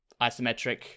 isometric